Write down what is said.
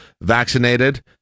vaccinated